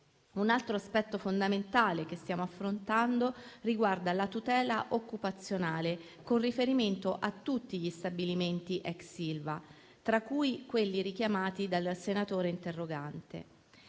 Un altro aspetto fondamentale che stiamo affrontando riguarda la tutela occupazionale con riferimento a tutti gli stabilimenti ex Ilva, tra cui quelli richiamati dal senatore interrogante.